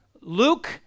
Luke